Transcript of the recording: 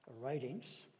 writings